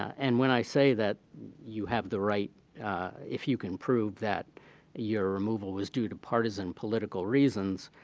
and when i say that you have the right if you can prove that your removal was due to partisan political reasons,